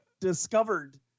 discovered